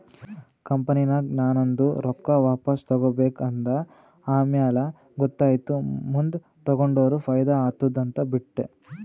ಕಂಪನಿನಾಗ್ ನಾ ನಂದು ರೊಕ್ಕಾ ವಾಪಸ್ ತಗೋಬೇಕ ಅಂದ ಆಮ್ಯಾಲ ಗೊತ್ತಾಯಿತು ಮುಂದ್ ತಗೊಂಡುರ ಫೈದಾ ಆತ್ತುದ ಅಂತ್ ಬಿಟ್ಟ